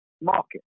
market